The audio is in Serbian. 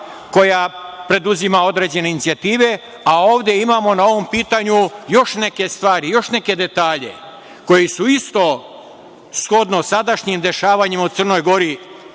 koja preduzima određene inicijative, a ovde imamo na ovom pitanju još neke stvari, još neke detalje, koji su isto shodno sadašnjim dešavanjima u Crnoj Gori,